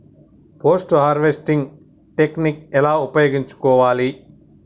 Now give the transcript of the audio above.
Post harvesting technique ఎలా ఉపయోగించుకోవాలి?